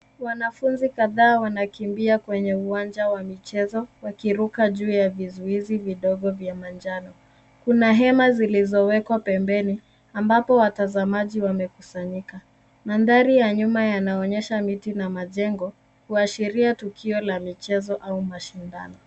Wanafunzi kadhaa wanakimbia kwenye uwanja wa michezo wakiruka juu ya vizuizi vidogo vya manjano. Kuna hema zilizowekwa pembeni ambapo watazamaji wamekusanyika. mandhari ya nyuma yanaonyesha miti na majengo kuashiria tukio la michezo au mashindano.